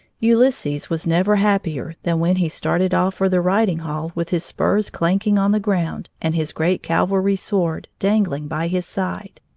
ulysses was never happier than when he started off for the riding-hall with his spurs clanking on the ground and his great cavalry sword dangling by his side.